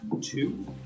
two